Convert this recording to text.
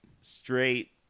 straight